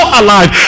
alive